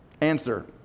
Answer